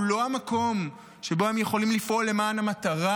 לא המקום שבו הם יכולים לפעול למען המטרה,